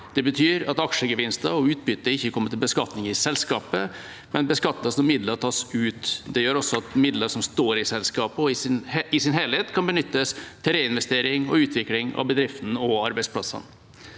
Det betyr at aksjegevinster og utbytte ikke kommer til beskatning i selskapet, men beskattes når midler tas ut. Det gjør også at midler som står i selskapet i sin helhet, kan benyttes til reinvestering og utvikling av bedriften og arbeidsplasser.